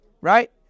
right